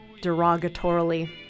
derogatorily